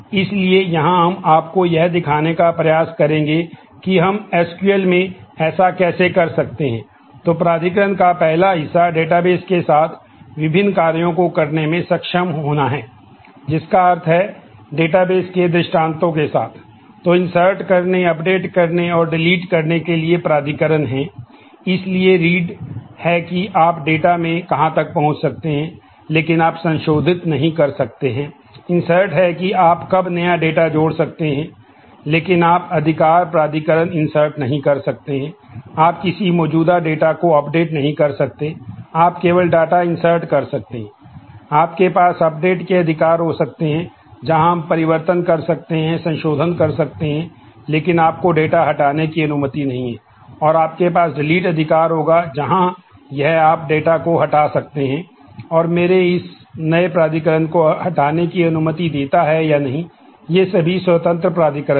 इसलिए यहां हम आपको यह दिखाने का प्रयास करेंगे कि हम एसक्यूएल को हटा सकते हैं और मेरे इस नए प्राधिकरण को हटाने की अनुमति देता है या नहीं ये सभी स्वतंत्र प्राधिकरण हैं